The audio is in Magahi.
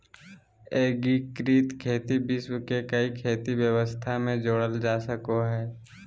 एग्रिकृत खेती विश्व के कोई खेती व्यवस्था में जोड़ल जा सको हइ